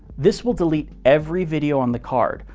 this will delete every video on the card,